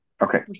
okay